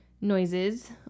Noises